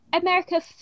america